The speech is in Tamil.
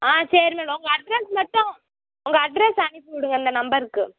ஆ சரி மேடம் உங்கள் அட்ரெஸ் மட்டும் உங்கள் அட்ரெஸ் அனுப்பிவிடுங்க இந்த நம்பருக்கு